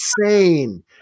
insane